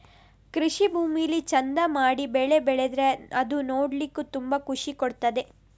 ಕೃಷಿ ಭೂಮಿಲಿ ಚಂದ ಮಾಡಿ ಬೆಳೆ ಬೆಳೆದ್ರೆ ಅದು ನೋಡ್ಲಿಕ್ಕೂ ತುಂಬಾ ಖುಷಿ ಕೊಡ್ತದೆ